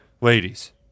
ladies